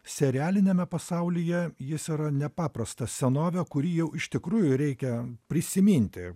serialiniame pasaulyje jis yra nepaprasta senovė kuri jau iš tikrųjų reikia prisiminti